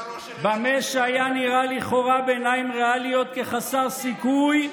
במה שהיה נראה לכאורה בעיניים ריאליות כחסר סיכוי,